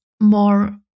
more